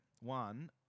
One